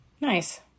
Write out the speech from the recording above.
nice